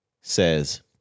says